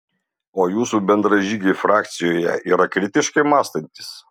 o jūsų bendražygiai frakcijoje yra kritiškai mąstantys